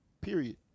Period